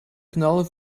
knal